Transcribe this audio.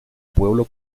pueblo